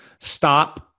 stop